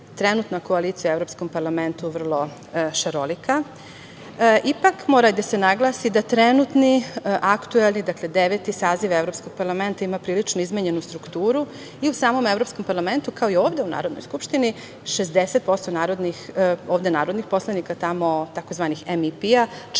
trenutna koalicija u Evropskom parlamentu vrlo šarolika. Ipak mora da se naglasi da trenutni, aktuelni, dakle Deveti saziv Evropskog parlamenta ima prilično izmenjenu strukturu i u samom Evropskom parlamentu, kao i ovde u Narodnoj skupštini 60% ovde narodnih poslanika, a tamo tzv. MEP, članove